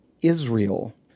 Israel